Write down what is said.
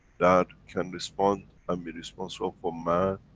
that can respond, and be responsible for man.